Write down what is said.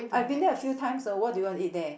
I've been there a few times what do you want to eat there